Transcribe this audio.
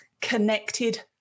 connected